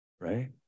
right